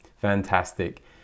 fantastic